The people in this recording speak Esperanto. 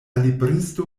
libristo